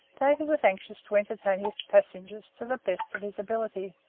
davy was anxious to entertain his passengers to the best of his ability,